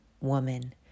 Woman